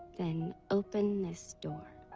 then open this door.